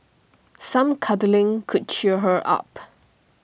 some cuddling could cheer her up